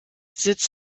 sitz